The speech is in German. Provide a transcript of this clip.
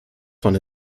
von